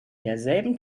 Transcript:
derselben